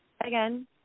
again